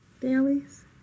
dailies